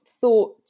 thought